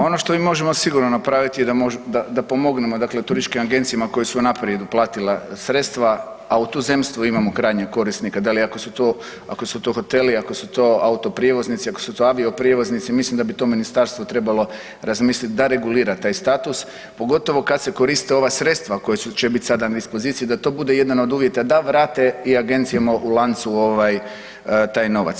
Pa ono što mi možemo sigurno napraviti da pomognemo, dakle turističkim agencijama koje su unaprijed uplatile sredstva a u tuzemstvu imamo krajnjeg korisnika da li su to hoteli, ako su to autoprijevoznici, ako su to avioprijevoznici mislim da bi to ministarstvo trebalo razmisliti da regulira taj status pogotovo kad se koriste ova sredstva koja će biti sada na ekspoziciji da to bude jedan od uvjeta da vrate i agencijama u lancu taj novac.